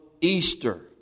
Easter